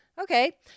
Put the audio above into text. Okay